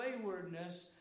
waywardness